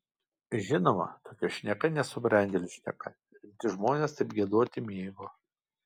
žinoma tokia šneka nesubrendėlių šneka rimti žmonės taip giedoti mėgo